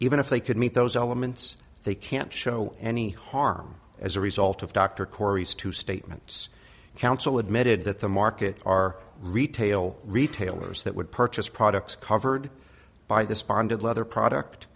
even if they could meet those elements they can't show any harm as a result of dr corey's two statements counsel admitted that the market are retail retailers that would purchase products covered by this bonded leather product